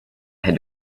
had